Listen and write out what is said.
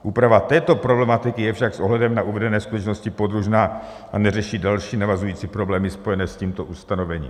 Úprava této problematiky je však s ohledem na uvedené skutečnost podružná a neřeší další navazující problémy spojené s tímto ustanovením.